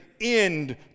end